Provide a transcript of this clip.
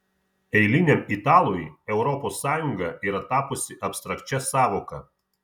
eiliniam italui europos sąjunga yra tapusi abstrakčia sąvoka